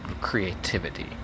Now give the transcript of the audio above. creativity